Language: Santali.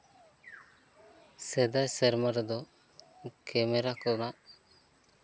ᱥᱮᱫᱟᱭ ᱥᱮᱨᱢᱟ ᱨᱮᱫᱚ ᱠᱮᱢᱮᱨᱟ ᱠᱚ ᱨᱮᱱᱟᱜ